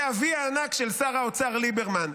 זה ה-וי הענק של שר האוצר ליברמן.